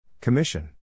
Commission